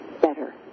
better